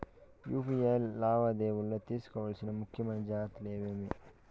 UPI లావాదేవీలలో తీసుకోవాల్సిన ముఖ్యమైన జాగ్రత్తలు ఏమేమీ?